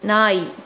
நாய்